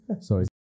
Sorry